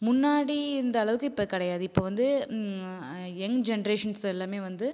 முன்னாடி இருந்த அளவுக்கு இப்போ கிடையாது இப்போ வந்து யங் ஜெனரேஷன்ஸ் எல்லாமே வந்து